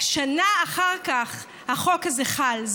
שנה אחר כך החוק הזה חל.